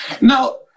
Now